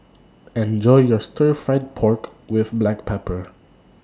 Enjoy your Stir Fried Pork with Black Pepper